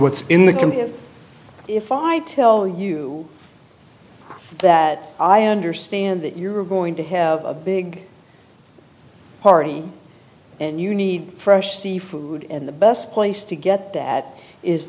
what's in the computer if i tell you that i understand that you're going to have a big party and you need fresh seafood and the best place to get that is